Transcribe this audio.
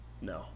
No